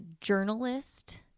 journalist